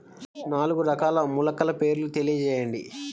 నాలుగు రకాల మొలకల పేర్లు తెలియజేయండి?